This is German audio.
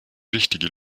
richtige